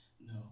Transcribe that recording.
No